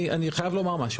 אני חייב לומר משהו.